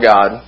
God